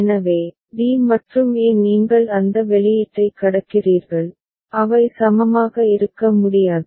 எனவே d மற்றும் a நீங்கள் அந்த வெளியீட்டைக் கடக்கிறீர்கள் அவை சமமாக இருக்க முடியாது